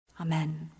Amen